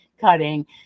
cutting